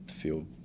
feel